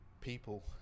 people